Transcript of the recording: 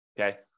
okay